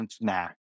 nah